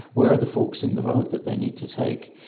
where are the forks in the road that they need to take?